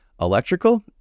Electrical